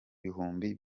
bihumbi